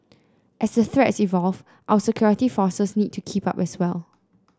as the threats evolve our security forces need to keep up as well